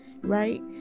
right